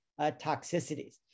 toxicities